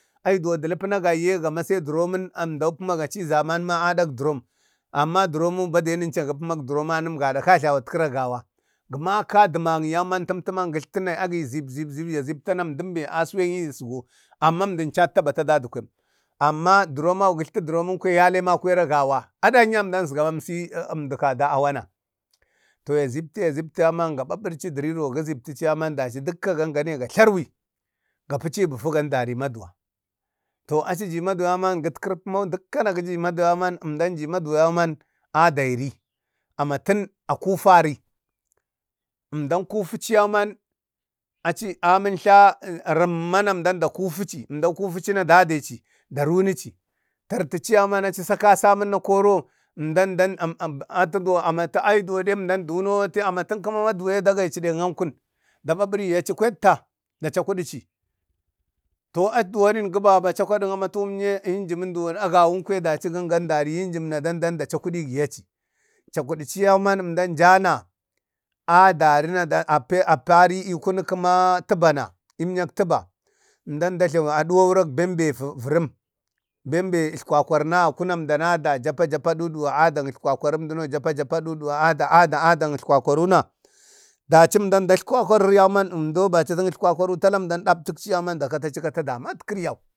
Ai duwo dulip agayyee ga masai duromin amma da pumagaci zama ma dadek durom amma durom baden encaga pumak duromnen gada kajlawara gawa, gumaka dumin tumtuman gitltuna agi zip zip ya ziptana emdun a suwun ezgo, amma emdi cattan bata dadgum amma duromau gitltu duromen kwaya yalema kwira gawa adan ye emdan esgo emsi emdi kada a wana to yazipta yazipta yaziptayauman ga baburci du riro gi ziptici yauman daci dukka gan gane ga tlarwi ga paci bufu gandara eemaduwa to aci ji maduwa yauman gitkiri pumau dikkana kiji da maduwa emda ji maduwa yauman aderi amati a kufari emdan kufaci yauman aci amin tla rumman da kufaci dadeci da runaci partaciyauman aci sa kasamun na koro emdan dan amat atu duwo amat ai fuwana ai duwan emdan dunawa amatin kuma amaduwi da gayaci deng awuken da baburiyaci kwatta da cakudaci to a duwanin ga baba cakudawatin amat enjimin duwan a gawun kwaya daci gandu dandari ee enjinna, dan dan da cakudigi ye ci cakudici yauman emdan jana adari tapaci ee kunak kuma tubana emyak tuba emdan da jlawi a durerak bebe varom bembe tlakwakwaran nakuna emda na da japa jappa a duduwa emdana da den tlakwaru na acim dan ada ada emda bacatic tlkwaran duka emda daktu na aca kutu damat kiri yau.